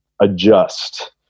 adjust